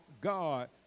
God